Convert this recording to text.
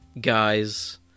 guys